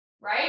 right